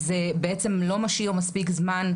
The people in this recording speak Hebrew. זה בעצם לא משאיר מספיק זמן.